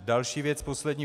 Další věc, poslední.